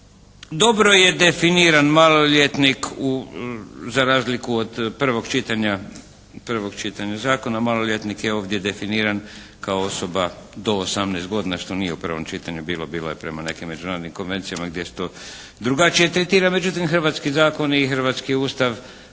Dobro je definiran maloljetnik za razliku od prvog čitanja zakona. Maloljetnik je ovdje definiran kao osoba do 18 godina, što nije u prvom čitanju bilo. Bilo je prema nekim međunarodnim konvencijama gdje se to drugačije tretira. Međutim, hrvatski zakoni i hrvatski Ustav